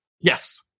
Yes